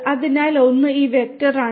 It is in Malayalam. അതിനാൽ ഒന്ന് ഈ വെക്റ്റർ ആണ്